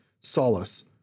solace